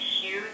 huge